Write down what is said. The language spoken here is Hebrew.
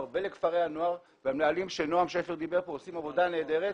ולכפרי הנוער והמנהלים עושים עבודה נהדרת.